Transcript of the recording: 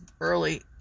early